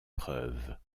preuves